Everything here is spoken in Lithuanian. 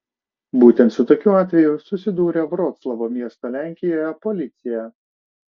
būtent su tokiu atveju susidūrė vroclavo miesto lenkijoje policija